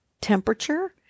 temperature